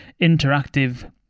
interactive